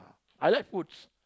I like foods